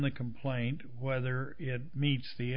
the complaint whether it meets the